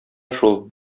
шул